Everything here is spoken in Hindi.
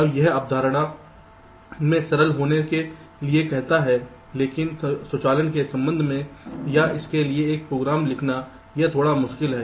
तो यह अवधारणा में सरल होने के लिए कहता है लेकिन स्वचालन के संबंध में या इसके लिए एक प्रोग्राम लिखना यह थोड़ा मुश्किल है